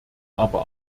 aber